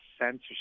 censorship